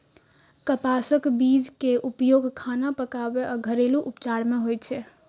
कपासक बीज के उपयोग खाना पकाबै आ घरेलू उपचार मे होइ छै